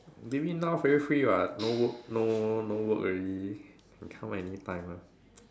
David now very free [what] no work no no work already can come anytime one